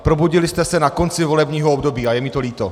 Probudili jste se na konci volebního období a je mi to líto!